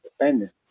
independent